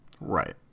Right